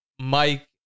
Mike